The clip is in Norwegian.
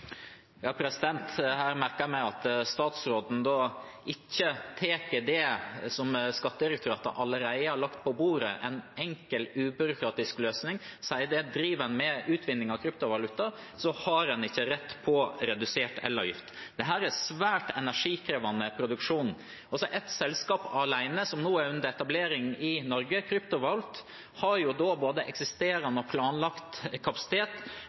meg at statsråden ikke godtar det som Skattedirektoratet allerede har lagt på bordet – en enkel, ubyråkratisk løsning som sier at driver en med kryptovaluta, så har en ikke rett på redusert elavgift. Dette er svært energikrevende produksjon. Ett selskap alene, som nå er under etablering i Norge, Kryptovault, har både eksisterende og planlagt kapasitet